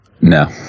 No